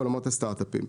בעולמות הסטארט-אפים.